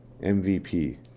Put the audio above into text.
MVP